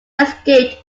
escaped